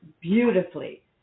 beautifully